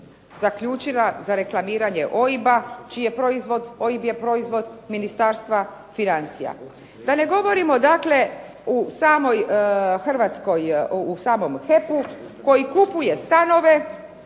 zaključila za reklamiranje OIB-a, čiji je proizvod. OIB je proizvod Ministarstva financija. Da ne govorimo dakle u samom HEP-u koji kupuje stanove,